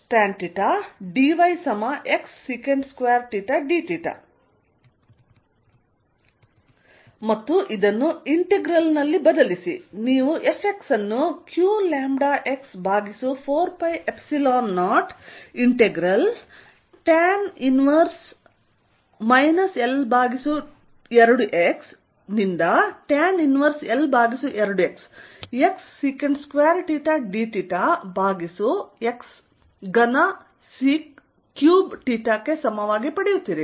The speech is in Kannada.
Fxqλ4π0 L2L2xdyx2y232qλx4π0 L2L2dyx2y232 yxtanθ dyxsec2θdθ ಮತ್ತು ಇದನ್ನು ಇಂಟೆಗ್ರಲ್ ದಲ್ಲಿ ಬದಲಿಸಿ ನೀವು Fx ಅನ್ನು qλx ಭಾಗಿಸು 4π0 ಇಂಟೆಗ್ರಲ್ tan 1 L2x ನಿಂದ tan 1L2x xsec2θdθ ಭಾಗಿಸು x3sec3 ಕ್ಕೆ ಸಮವಾಗಿ ಪಡೆಯುತ್ತೀರಿ